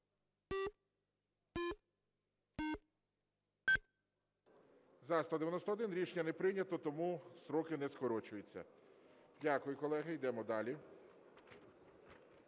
За-191 Рішення не прийнято. Тому строки не скорочуються. Дякую, колеги, йдемо далі.